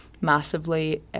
massively